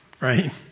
Right